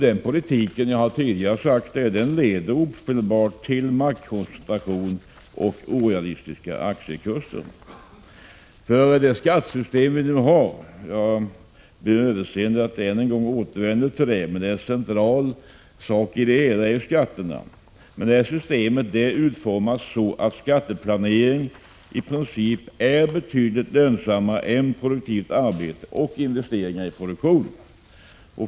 Den politiken, det har jag sagt tidigare, leder ofelbart till maktkoncentration och orealistiska aktiekurser. Vårt skattesystem — jag ber om överseende med att jag återvänder än en gång till detta, men skatterna är en central sak i det hela — är utformat så att skatteplanering i princip är betydligt lönsammare än produktivt arbete och investeringar i produktion.